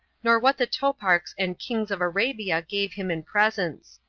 nor what the toparchs and kings of arabia gave him in presents.